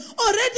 already